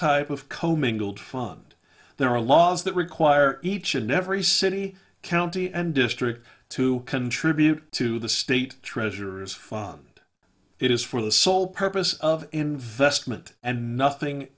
type of commingled fund there are laws that require each and every city county and district to contribute to the state treasurers fund it is for the sole purpose of investment and nothing